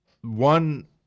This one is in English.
one